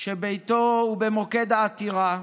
שביתו הוא במוקד העתירה